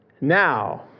Now